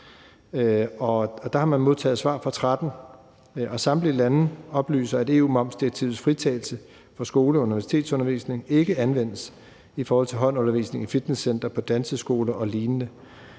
Der har man modtaget svar fra 13 lande, og samtlige lande oplyser, at EU's momsdirektivs fritagelse for skole- og universitetetsundervisning ikke anvendes i forhold til holdundervisning i fitnesscentre, på danseskoler og lignende,